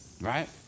Right